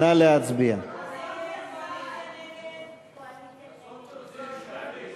ההסתייגות של קבוצת סיעת מרצ,